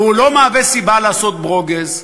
והוא לא מהווה סיבה לעשות ברוגז,